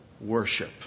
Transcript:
worship